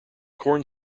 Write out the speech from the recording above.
corn